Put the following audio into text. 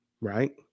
Right